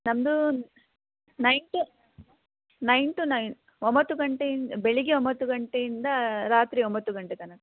ನಮ್ದು nine to nine to nine ಒಂಬತ್ತು ಗಂಟೆಯಿಂದ ಬೆಳಿಗ್ಗೆ ಒಂಬತ್ತು ಗಂಟೆಯಿಂದ ರಾತ್ರಿ ಒಂಬತ್ತು ಗಂಟೆ ತನಕ